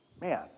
Man